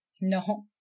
no